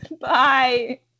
Bye